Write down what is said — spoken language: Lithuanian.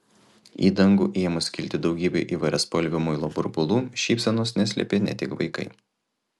į dangų ėmus kilti daugybei įvairiaspalvių muilo burbulų šypsenos neslėpė ne tik vaikai